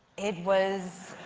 it was.